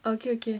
okay okay